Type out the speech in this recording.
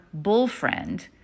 bullfriend